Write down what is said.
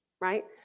right